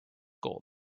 gold